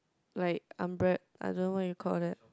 like I don't know what you call that